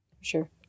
sure